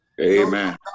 Amen